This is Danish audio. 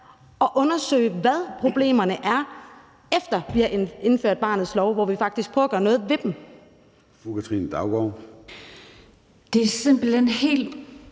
og undersøge, hvad problemerne er, efter at vi har indført barnets lov, hvor vi faktisk prøver at gøre noget ved dem? Kl.